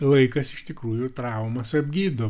laikas iš tikrųjų traumas apgydo